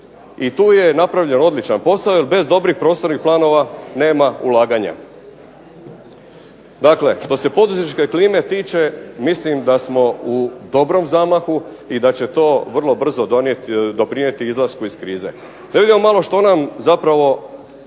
i tu je napravljen odličan posao, jer bez dobrih prostornih planova nema ulaganja. Dakle što se poduzetničke klime tiče mislim da smo u dobrom zamahu, i da će to vrlo brzo doprinijeti izlasku iz krize. Da vidimo malo što nam zapravo